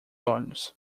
olhos